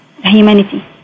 humanity